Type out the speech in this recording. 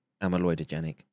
amyloidogenic